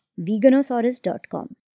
veganosaurus.com